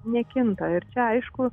nekinta ir čia aišku